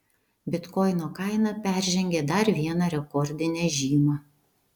bitkoino kaina peržengė dar vieną rekordinę žymą